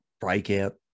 breakout